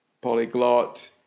polyglot